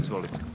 Izvolite.